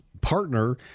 partner